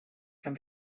can